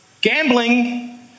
gambling